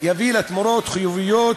יביא לתמורות חיוביות.